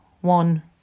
One